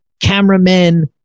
Cameramen